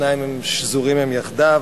השניים שזורים יחדיו,